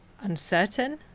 uncertain